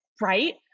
right